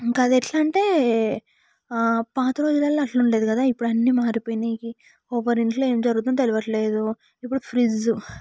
ఇంకా అది ఎట్ల అంటే పాత రోజులలో అట్ల ఉండేది కాదు ఇప్పుడు అన్నీ మారిపోయినాయి ఎవరి ఇంట్లో ఏం జరుగుతుందో తెలివట్లేదు ఇప్పుడు ఫ్రిడ్జ్